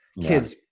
kids